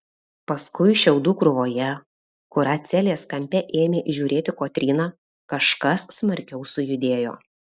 paskui šiaudų krūvoje kurią celės kampe ėmė įžiūrėti kotryna kažkas smarkiau sujudėjo